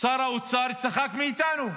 שר האוצר צחק מאיתנו.